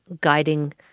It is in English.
guiding